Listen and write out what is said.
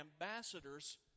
ambassadors